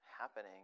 happening